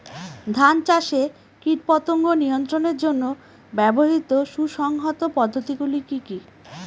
ধান চাষে কীটপতঙ্গ নিয়ন্ত্রণের জন্য ব্যবহৃত সুসংহত পদ্ধতিগুলি কি কি?